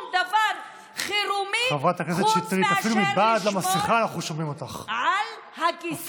דבר חירומי חוץ מאשר לשמור על הכיסא,